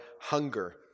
hunger